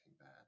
bad